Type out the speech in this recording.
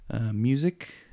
music